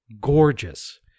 gorgeous